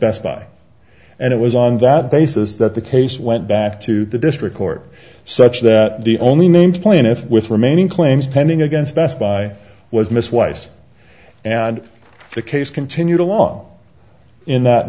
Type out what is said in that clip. best buy and it was on that basis that the case went back to the district court such that the only named plaintiff with remaining claims pending against best buy was miss wise and the case continued along in that